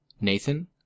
Nathan